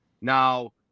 Now